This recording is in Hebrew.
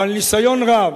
בעל ניסיון רב,